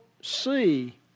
see